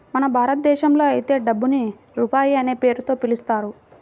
మన భారతదేశంలో అయితే డబ్బుని రూపాయి అనే పేరుతో పిలుస్తారు